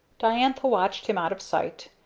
diantha watched him out of sight,